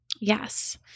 Yes